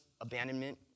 abandonment